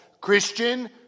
Christian